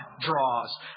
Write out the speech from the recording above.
draws